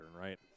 right